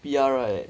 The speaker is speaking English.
P_R right